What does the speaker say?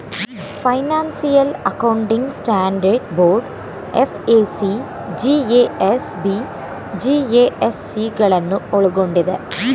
financial accounting standard board FAC, GASB, GASC ಗಳನ್ನು ಒಳ್ಗೊಂಡಿದೆ